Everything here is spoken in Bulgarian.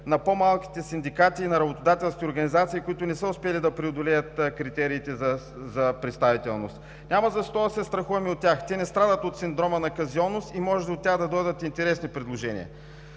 на по-малките синдикати на работодателските организации, които не са успели да преодолеят критериите за представителност? Няма защо да се страхуваме от тях. Те не страдат от синдрома на казионност и може от тях да дойдат интересни предложения.